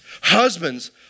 Husbands